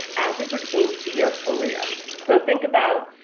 as it pertains to your career. so think about